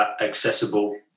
accessible